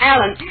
Alan